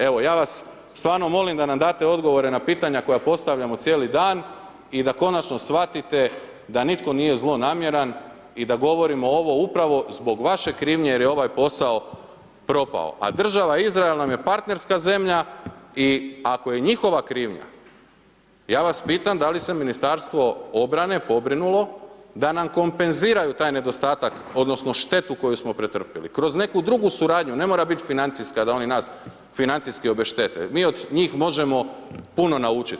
Evo ja vas stvarno molim da nam date odgovore na pitanja koje postavljamo cijeli dan i da konačno shvatite da nitko nije zlonamjeran i da govorimo ovo upravo zbog vaše krivnje jer je ovaj posao propao a država Izrael nam je partnerska zemlja i ako je njihova krivnja, ja vas pitam da li se Ministarstvo obrane pobrinulo da nam kompenziraju taj nedostatak odnosno štetu koju smo pretrpjeli kroz neku drugu suradnju, ne mora biti financijska da oni nas financijski obeštete, mi od njih možemo puno naučit.